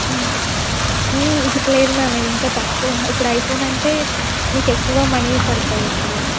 లేదు మ్యామ్ ఇది ఇంకా తక్కువ ఇప్పుడు ఐఫోన్ అంటే మీకు ఎక్కువగా మనీ పడుతుంది ఇప్పుడు